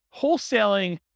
wholesaling